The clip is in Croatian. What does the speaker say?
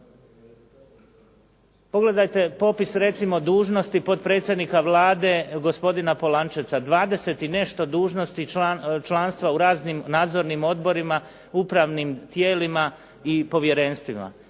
pogledajte popis recimo dužnosti potpredsjednika Vlade, gospodina Polančeca. 20 i nešto dužnosti članstva u raznim nadzornim odborima, upravnim tijelima i povjerenstvima.